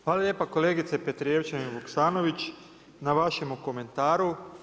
Hvala lijepa kolegice Petrijevčanin-Vuksanović, na vašemu komentaru.